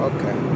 Okay